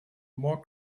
more